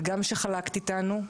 וגם שחלקת איתנו,